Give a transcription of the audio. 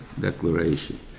declaration